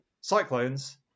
Cyclones